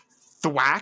thwack